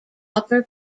upper